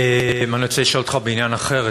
אני רוצה לשאול אותך בעניין אחר,